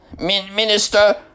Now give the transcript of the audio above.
minister